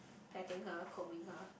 petting her combing her